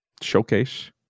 showcase